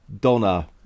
Donna